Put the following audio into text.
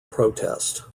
protest